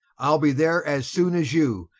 ile be there as soone as you,